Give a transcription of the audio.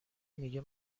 میگه